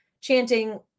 chanting